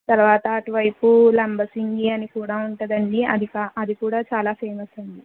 తర్వాత అటు వైపు లంబసింగి అని కూడా ఉంటుందండి అది కూడా చాలా ఫేమస్ అండి